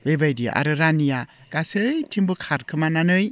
बेबायदि आरो रानिया गासैथिंबो खारखोमानानै